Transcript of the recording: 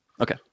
Okay